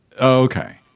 Okay